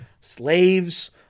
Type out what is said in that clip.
Slaves